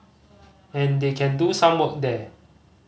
and they can do some work there